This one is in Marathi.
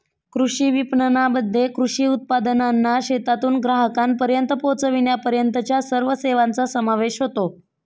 कृषी विपणनामध्ये कृषी उत्पादनांना शेतातून ग्राहकांपर्यंत पोचविण्यापर्यंतच्या सर्व सेवांचा समावेश होतो